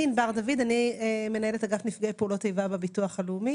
אני ענבר דוד אני מנהלת אגף נפגעי פעולות איבה בביטוח הלאומי,